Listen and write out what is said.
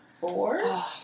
four